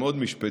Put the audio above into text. עם עוד משפטנים,